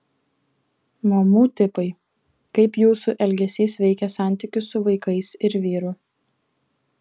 mamų tipai kaip jūsų elgesys veikia santykius su vaikais ir vyru